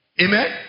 Amen